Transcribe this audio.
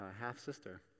half-sister